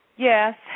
Yes